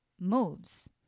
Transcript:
moves